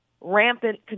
rampant